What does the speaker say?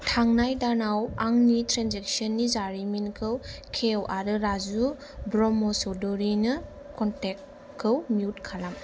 थांनाय दानाव आंनि ट्रेन्जेकसननि जारिमिनखौ खेव आरो राजु ब्रह्म' चौधुरिनि कनटेक्टखौ मिउट खालाम